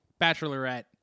bachelorette